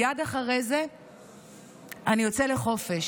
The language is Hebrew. מייד אחר כך אני יוצא לחופש.